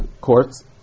courts